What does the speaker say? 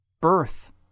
birth